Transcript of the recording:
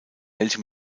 welche